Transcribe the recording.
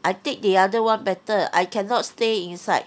I take the other [one] better I cannot stay inside